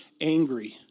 angry